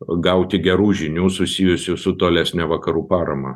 gauti gerų žinių susijusių su tolesne vakarų parama